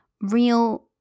real